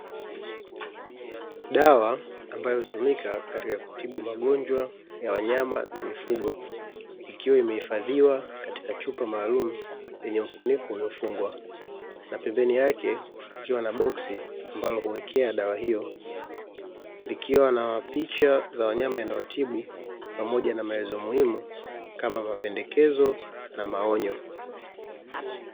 Dawa ambayo hutumika katika kutibu magonjwa ya wanyama na mifugo, ikiwa imehifadhiwa katika chupa maalumu yenye mfuniko uliofungwa, na pembeni yake kukiwa na boksi ambalo huwekea dawa hiyo likiwa na picha za wanyama inayotibu pamoja na maelezo muhimu kama mapendekezo na maonyo.